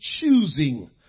choosing